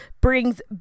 brings